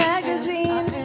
Magazine